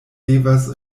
devas